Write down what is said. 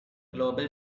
global